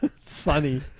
Sunny